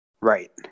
right